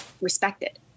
respected